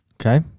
Okay